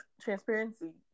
transparency